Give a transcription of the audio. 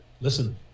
listen